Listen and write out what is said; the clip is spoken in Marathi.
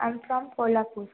आम फ्रॉम कोल्हापूर